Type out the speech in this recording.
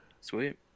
Sweet